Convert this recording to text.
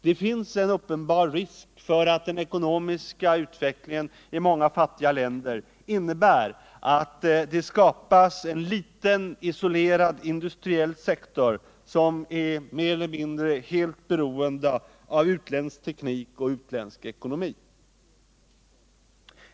Det finns en uppenbar risk för att den ekonomiska utvecklingen i många fattiga länder medför att det skapas en liten isolerad industriell sektor som är mer eller mindre helt beroende av utländsk teknik och utländsk ekonomi.